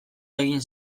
egin